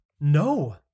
no